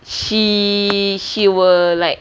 she she will like